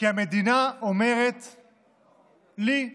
כי המדינה אומרת לי,